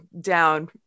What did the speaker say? down